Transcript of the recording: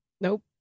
Nope